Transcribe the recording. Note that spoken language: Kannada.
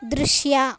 ದೃಶ್ಯ